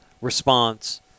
response